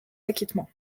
acquittement